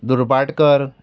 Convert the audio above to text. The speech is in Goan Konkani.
दुर्भाटकर